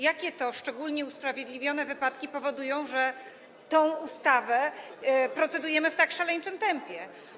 Jakie to szczególnie usprawiedliwione wypadki powodują, że nad tą ustawą procedujemy w tak szaleńczym tempie?